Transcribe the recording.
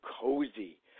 cozy